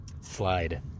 slide